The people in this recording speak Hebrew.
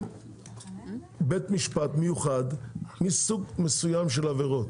בית משפט מיוחד מסוג מסוים של עבירות.